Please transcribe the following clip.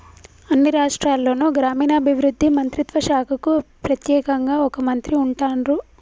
అన్ని రాష్ట్రాల్లోనూ గ్రామీణాభివృద్ధి మంత్రిత్వ శాఖకు ప్రెత్యేకంగా ఒక మంత్రి ఉంటాన్రు